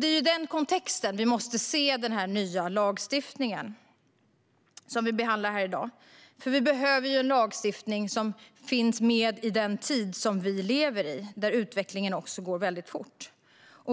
Det är i den kontexten vi måste se den nya lagstiftning som vi i dag behandlar. Vi behöver nämligen en lagstiftning som fungerar i den tid som vi lever i, där utvecklingen går väldigt fort.